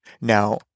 Now